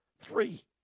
Three